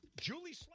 Julie